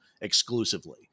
exclusively